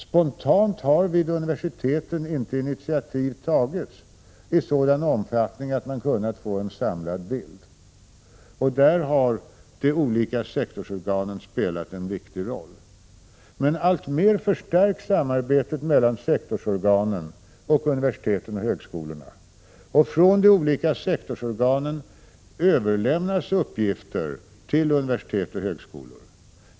Spontant har vid universiteten inte initiativ tagits i sådan omfattning att man kunnat få en samlad bild, och där har de olika sektorsorganen spelat en viktig roll. Men alltmer förstärks samarbetet mellan sektorsorganen och universiteten och högskolorna, och från de olika sektorsorganen överlämnas uppgifter till universitet och högskolor.